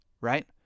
Right